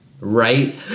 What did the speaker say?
right